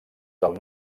del